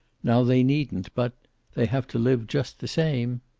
now they needn't, but they have to live just the same.